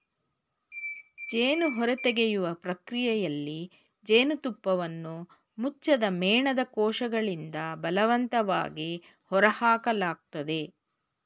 ಜೇನು ಹೊರತೆಗೆಯುವ ಪ್ರಕ್ರಿಯೆಯಲ್ಲಿ ಜೇನುತುಪ್ಪವನ್ನು ಮುಚ್ಚದ ಮೇಣದ ಕೋಶಗಳಿಂದ ಬಲವಂತವಾಗಿ ಹೊರಹಾಕಲಾಗ್ತದೆ